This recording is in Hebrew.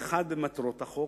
אחד, במטרות החוק,